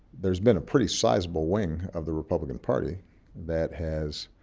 there's been a pretty sizable wing of the republican party that has